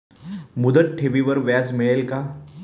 मुदत ठेवीवर व्याज मिळेल का?